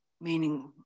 meaning